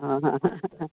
हां हां हां हां हां